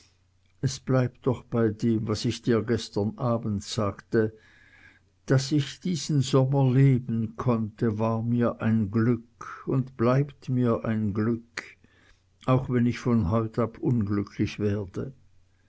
es bleibt doch bei dem was ich dir gestern abend sagte daß ich diesen sommer leben konnte war mir ein glück und bleibt mir ein glück auch wenn ich von heut ab unglücklich werde